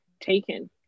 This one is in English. taken